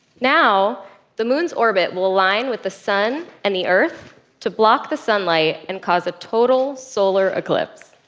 now the moon's orbit will align with the sun and the earth to block the sunlight and cause a total solar eclipse.